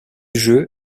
jeu